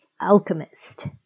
alchemist